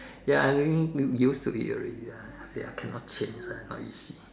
ya I mean used to it already lah cannot change not easy